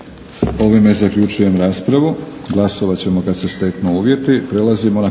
Ovime zaključujem raspravu. Glasovati ćemo kada se steknu uvjeti.